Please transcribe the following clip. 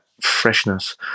freshness